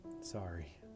Sorry